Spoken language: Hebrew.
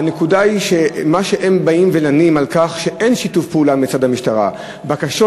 הנקודה היא שהם מלינים על כך שאין שיתוף פעולה מצד המשטרה: בקשות